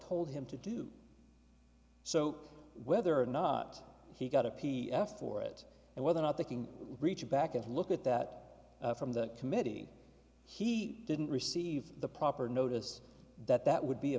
told him to do so whether or not he got a p asked for it and whether or not they can reach back and look at that from that committee he didn't receive the proper notice that that would be a